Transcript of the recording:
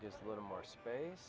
just a little more space